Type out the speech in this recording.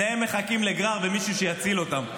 שניהם מחכים לגרר ומישהו שיציל אותם.